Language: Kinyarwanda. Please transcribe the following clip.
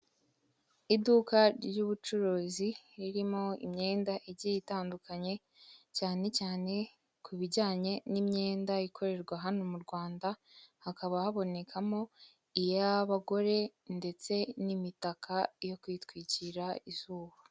Iduka ry'ubucuruzi ririmo imyenda igiye itandukanye, cyane cyane ku bijyanye n'imyenda ikorerwa hano mu Rwanda, hakaba habonekamo iy'abagore ndetse n'imitaka yo kwitwikira izuba.